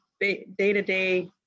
day-to-day